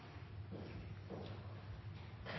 Andersen